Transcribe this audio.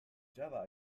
java